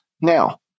Now